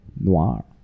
Noir